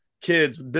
kids